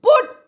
Put